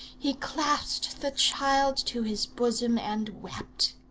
he clasped the child to his bosom, and wept.